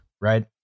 right